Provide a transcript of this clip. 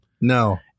No